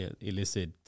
illicit